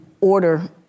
order